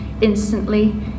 instantly